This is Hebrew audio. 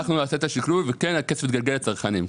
אנחנו נעשה את השקלול וכן, הכסף יתגלגל לצרכנים.